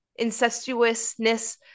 incestuousness